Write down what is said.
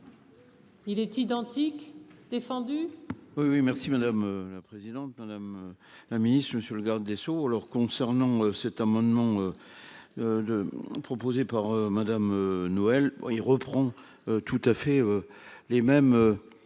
Il est identique, défendu.